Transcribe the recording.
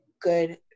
good